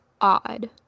odd